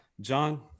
John